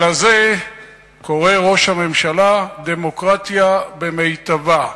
לזה קורא ראש הממשלה: דמוקרטיה במיטבה.